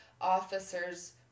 officer's